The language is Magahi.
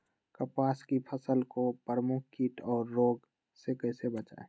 कपास की फसल को प्रमुख कीट और रोग से कैसे बचाएं?